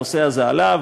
הנושא הזה עלה,